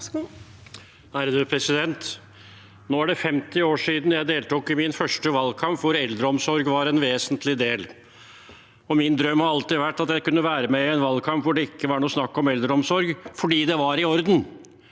(FrP) Nå er det 50 år siden jeg deltok i min første valgkamp, hvor eldreomsorg var en vesentlig del. Min drøm har alltid vært at jeg kunne være med i en valgkamp hvor det ikke var noe snakk om eldreomsorg fordi det var i orden.